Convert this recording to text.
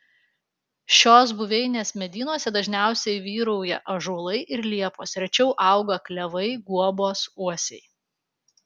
šios buveinės medynuose dažniausiai vyrauja ąžuolai ir liepos rečiau auga klevai guobos uosiai